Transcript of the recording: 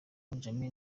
ramjaane